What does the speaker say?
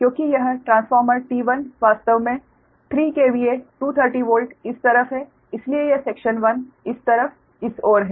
क्योंकि यह transformer T1 वास्तव में 3KVA 230 वोल्ट इस तरफ है इसलिए यह सेक्शन 1 इस तरफ इस ओर है